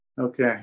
Okay